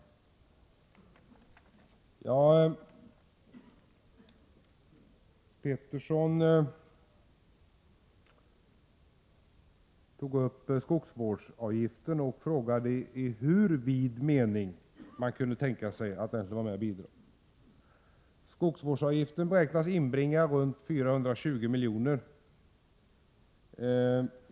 Karl-Anders Petersson tog upp skogsvårdsavgiften och frågade i hur vid mening man kunde tänka sig att skogsbruket skulle bidra till sina egna kostnader. Skogsvårdsavgiften beräknas inbringa runt 420 miljoner.